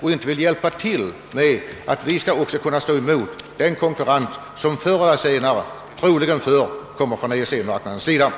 och inte vill hjälpa till, så att fruktodlare kan stå emot den konkurrens som förr eller senare — och troligen rätt snart — kommer från EEC-marknaden.